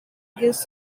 gist